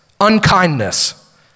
unkindness